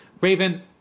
Raven